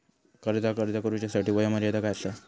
कर्जाक अर्ज करुच्यासाठी वयोमर्यादा काय आसा?